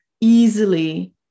easily